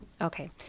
Okay